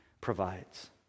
provides